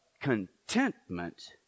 contentment